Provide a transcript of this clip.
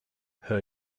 her